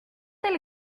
elle